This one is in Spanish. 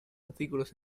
artículos